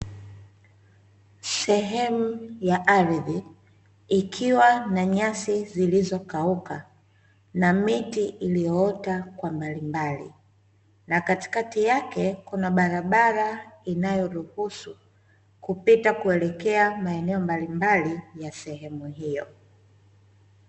Sehemu ya ardhi ikiwa na nyasi zilizokauka na miti iliyoota mbalimbali, na katikati yake kuna barabara inayoruhusu kupita maeneo mbalimbali ya sehemu hiyo.